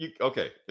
okay